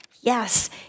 Yes